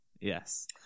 Yes